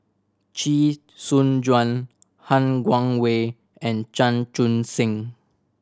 Chee Soon Juan Han Guangwei and Chan Chun Sing